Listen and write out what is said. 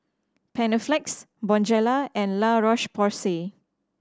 Panaflex Bonjela and La Roche Porsay